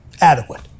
adequate